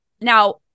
Now